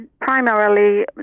primarily